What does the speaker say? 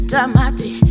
Damati